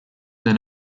then